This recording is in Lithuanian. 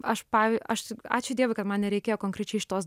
aš pav aš ačiū dievui kad man nereikėjo konkrečiai šitos